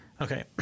Okay